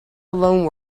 alone